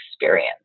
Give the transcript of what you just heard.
experience